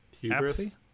hubris